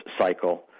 cycle